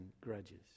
grudges